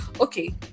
okay